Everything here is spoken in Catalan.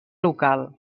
local